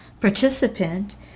participant